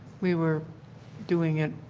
we were doing it